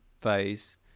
phase